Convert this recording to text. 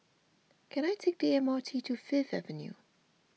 can I take the M R T to Fifth Avenue